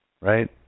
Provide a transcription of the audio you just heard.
right